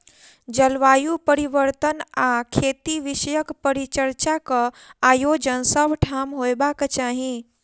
जलवायु परिवर्तन आ खेती विषयक परिचर्चाक आयोजन सभ ठाम होयबाक चाही